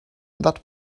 that